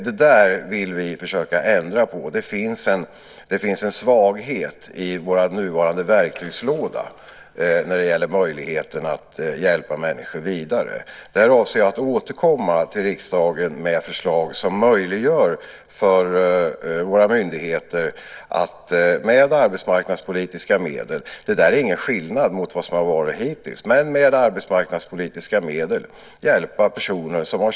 Det vill vi försöka ändra på. Det finns en svaghet i vår nuvarande verktygslåda när det gäller möjligheten att hjälpa människor vidare. Jag avser att återkomma till riksdagen med förslag som möjliggör för våra myndigheter att med arbetsmarknadspolitiska medel hjälpa personer som har kört fast i en anställning där man inte kan gå tillbaka.